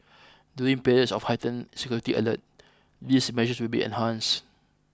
during periods of heightened security alert these measures will be enhanced